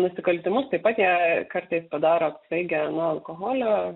nusikaltimus taip pat jie kartais padaro apsvaigę nuo alkoholio